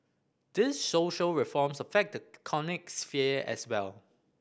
these social reforms affect the economic sphere as well